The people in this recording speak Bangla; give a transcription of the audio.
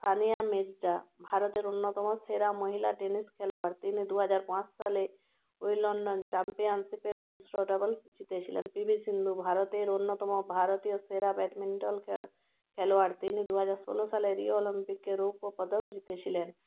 সানিয়া মির্জা ভারতের অন্যতম সেরা মহিলা টেনিস খেলোয়াড় তিনি দু হাজার পাঁচ সালে উইম্বলডন চাম্পিয়ানশিপের মিশ্র ডাবলস জিতেছিলেন পিভি সিন্ধু ভারতের অন্যতম ভারতীয় সেরা ব্যাডমিন্টন খেলোয়াড় তিনি দু হাজার ষোলো সালে রিও অলিম্পিকে রৌপ্য পদক জিতেছিলেন